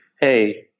hey